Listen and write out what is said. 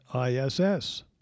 ISS